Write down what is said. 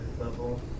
level